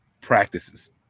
practices